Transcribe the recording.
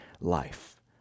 life